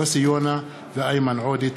יוסי יונה ואיימן עודה.